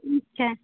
ठीक छै